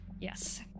Yes